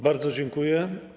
Bardzo dziękuję.